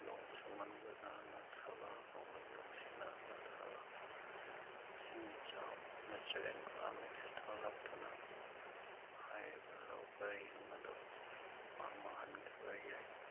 ꯅꯣꯡ ꯆꯨꯃꯟꯕꯅ ꯅꯠꯇ꯭ꯔꯒ ꯅꯣꯡꯂꯩ ꯅꯨꯡꯁꯤꯠꯅ ꯅꯠꯇ꯭ꯔꯒ ꯏꯁꯤꯡ ꯏꯆꯥꯎ ꯅꯦꯆꯔꯦꯜ ꯀꯦꯂꯥꯃꯤꯇꯤꯁ ꯊꯣꯛꯂꯛꯇꯨꯅ ꯍꯥꯏꯔꯤꯕ ꯂꯧ ꯄꯔꯤ ꯑꯃꯗꯣ ꯄꯨꯡꯃꯥꯡ ꯃꯥꯡꯍꯟꯈꯤꯕ ꯌꯥꯏ